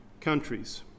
countries